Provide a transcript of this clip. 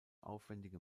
aufwändige